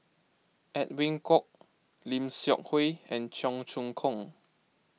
Edwin Koek Lim Seok Hui and Cheong Choong Kong